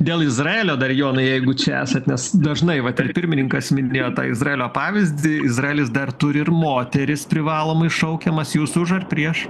dėl izraelio dar jonai jeigu čia esat nes dažnai vat ir pirmininkas minėjo tą izraelio pavyzdį izraelis dar turi ir moteris privalomai šaukiamas jūs už ar prieš